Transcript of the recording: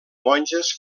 monges